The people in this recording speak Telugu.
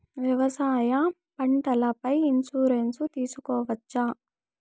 వ్యవసాయ పంటల పై ఇన్సూరెన్సు తీసుకోవచ్చా?